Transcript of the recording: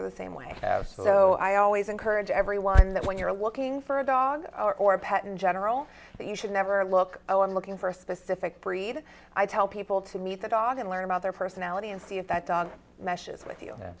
are the same way i have so i always encourage everyone that when you're looking for a dog or a patton general you should never look oh i'm looking for a specific breed i tell people to meet that dog and learn about their personality and see if that dog meshes with yo